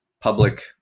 public